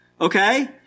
Okay